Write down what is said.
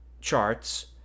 charts